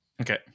Okay